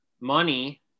money